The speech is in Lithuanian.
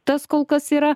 tas kol kas yra